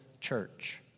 church